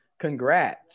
congrats